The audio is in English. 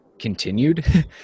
continued